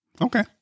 Okay